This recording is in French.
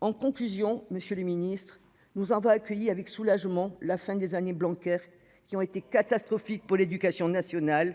En conclusion, monsieur le ministre, nous avons accueilli avec soulagement la fin des années Blanquer, qui ont été une catastrophe pour l'éducation nationale.